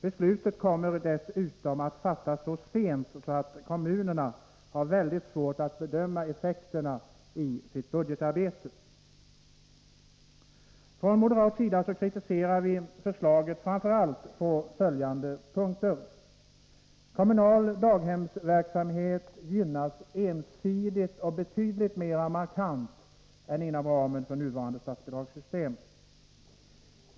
Beslut kommer dessutom att fattas så sent att kommunerna har mycket svårt att bedöma effekterna i sitt budgetarbete. Från moderat sida kritiserar vi förslaget framför allt på följande punkter. Kommunal daghemsverksamhet gynnas ensidigt och betydligt mer markant än inom ramen för nuvarande statsbidragssystem.